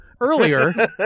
Earlier